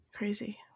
Crazy